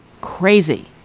Crazy